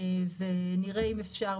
בוודאי.